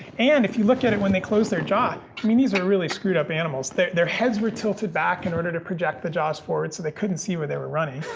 and if you look at it when they close their jaw i mean these were really screwed-up animals. their their heads were tilted back in order to project the jaws forward so they couldn't see where they were running.